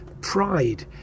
pride